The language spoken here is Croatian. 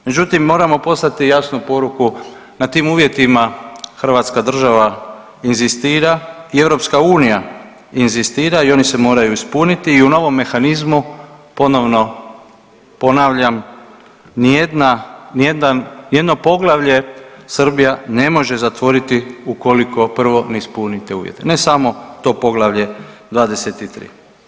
Međutim, moramo poslati jasnu poruku na tim uvjetima hrvatska država inzistira i EU inzistira i oni se moraju ispuniti i u novom mehanizmu ponovno ponavljam ni jedna, ni jedan, ni jedno poglavlje Srbija ne može zatvoriti ukoliko prvo ne ispuni te uvjete, ne samo to Poglavlje 23.